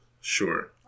Sure